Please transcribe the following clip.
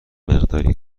مقداری